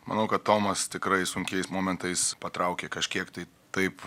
manau kad tomas tikrai sunkiais momentais patraukė kažkiek tai taip